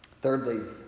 Thirdly